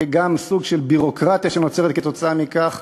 וגם סוג של ביורוקרטיה שנוצרת כתוצאה מכך,